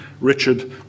Richard